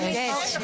יש.